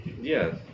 Yes